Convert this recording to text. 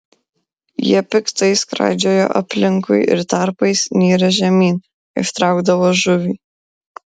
jie piktai skraidžiojo aplinkui ir tarpais nirę žemyn ištraukdavo žuvį